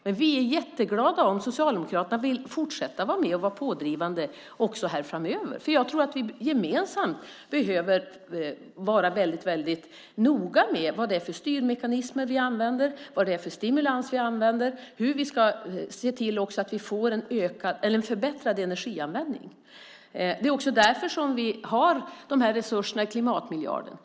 Men vi är jätteglada om Socialdemokraterna vill fortsätta att vara med och vara pådrivande här framöver, för jag tror att vi gemensamt bör vara väldigt noga med vilka styrmekanismer vi använder, vad det är för stimulans vi använder och hur vi ska se till att få en förbättrad energianvändning. Det är också därför som vi har resurserna i klimatmiljarden.